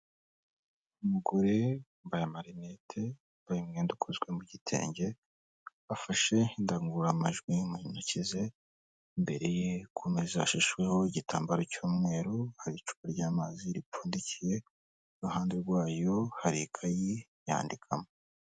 Umugore wambaye marinete, wambaye umwenda ukozwe mu gitenge, bafashe indangururamajwi mu ntoki ze, imbere ye ku meza hashashweho igitambaro cy'umweru hari icupa ry'amazi ripfundikiye, ku ruhande rw'ayo hari ikayi yandikamo.